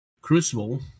crucible